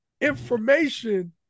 information